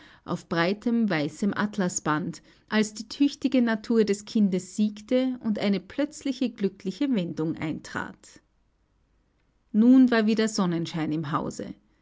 auf breitem weißem atlasband als die tüchtige natur des kindes siegte und eine plötzliche glückliche wendung eintrat nun war wieder sonnenschein im hause